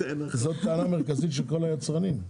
זו טענה מרכזית של כל היצרנים,